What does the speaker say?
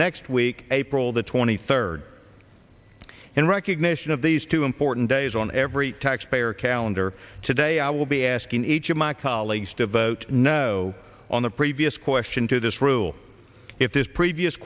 next week april the twenty third and recognition of these two important days on every taxpayer calendar today i will be asking each of my colleagues to vote no on the previous question to this rule if this previous